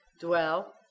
dwell